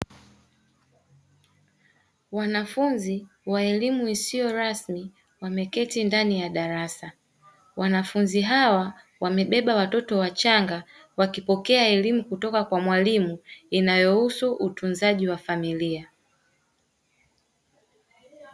Wanafunzi wa elimu isiyo rasmi wameketi ndani ya darasa, wanafunzi hawa wamebeba watoto wachanga wakipokea elimu Kutoka kwa mwalimu inayohusu utunzaji wa familia.